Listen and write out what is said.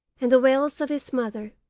and the wails of his mother,